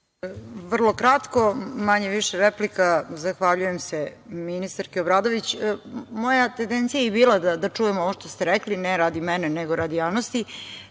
Vrlo kratko, manje više, replika, zahvaljujem se ministarki Obradović. Moja tendencija je i bila da čujemo ono što ste rekli, ne radi mene, nego radi javnosti